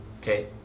Okay